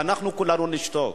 ואנחנו כולנו נשתוק.